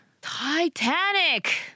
Titanic